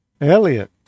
Elliot